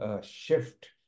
shift